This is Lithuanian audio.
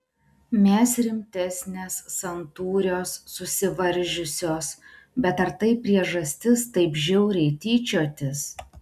mes rimtesnės santūrios susivaržiusios bet ar tai priežastis taip žiauriai tyčiotis